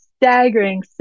staggering